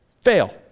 fail